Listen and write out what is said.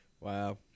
Wow